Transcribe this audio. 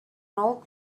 old